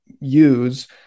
use